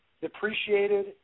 depreciated